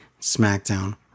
SmackDown